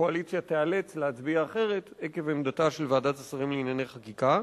הקואליציה תיאלץ להצביע אחרת עקב עמדתה של ועדת השרים לענייני חקיקה.